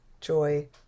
joy